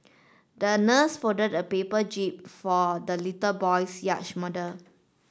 the nurse folded a paper jib for the little boy's yacht model